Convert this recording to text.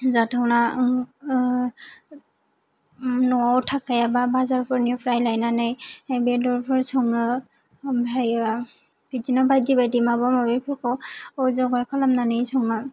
जाथावना न'वाव थाखायाबा बाजारफोरनिफ्राय लायनानै बेदरफोर सङो आमफ्रायो बिदिनो बायदि बायदि माबा माबेफोरखौ जगार खालामनानै सङो